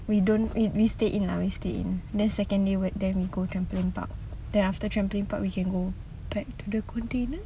we don't we we stay in lah we stay in then second day then we go trampoline park then after trampoline park we can go back to the container